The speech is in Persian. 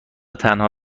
تنها